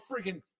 freaking